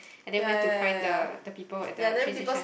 and then went to find the the people at the train station